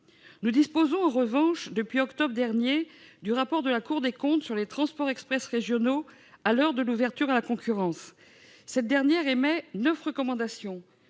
Nous disposons en revanche, depuis octobre dernier, du rapport de la Cour des comptes sur « les transports express régionaux à l'heure de l'ouverture à la concurrence », dans lequel cette instance émet neuf recommandations.